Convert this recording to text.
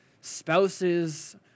spouses